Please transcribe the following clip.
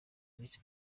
visi